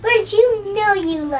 grinch, you know you